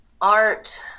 art